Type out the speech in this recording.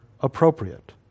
appropriate